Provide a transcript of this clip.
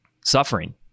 suffering